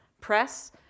press